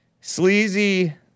Sleazy